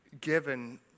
given